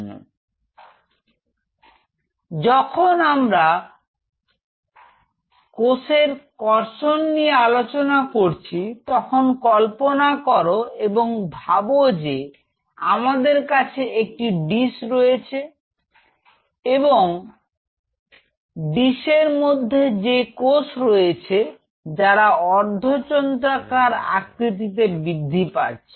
তো যখন আমরা পৌষের কর্ষণ নিয়ে আলোচনা করছি তখন কল্পনা করো এবং ভাবো যে আমাদের কাছে একটি ডিস রয়েছে এবং দেশের মধ্যে কোষ রয়েছে যারা অর্ধচন্দ্রাকার আকৃতিতে বৃদ্ধি পাচ্ছে